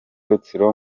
rutsiro